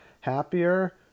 happier